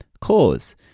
Cause